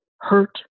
hurt